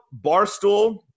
Barstool